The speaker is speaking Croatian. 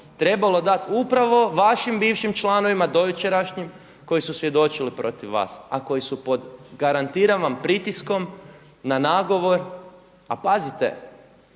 trebalo dati upravo vašim bivšim članovima do jučerašnjim koji su svjedočili protiv vas, a koji su pod garantiram vam pritiskom na nagovor. A pazite